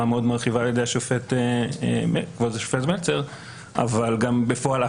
מאוד מרחיבה על-ידי כבוד השופט מלצר אבל גם בפועל,